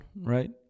right